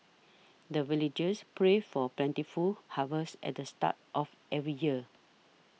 the villagers pray for plentiful harvest at the start of every year